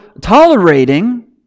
tolerating